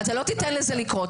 אתה לא תיתן לזה לקרות,